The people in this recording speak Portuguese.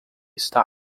está